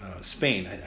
Spain